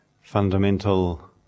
fundamental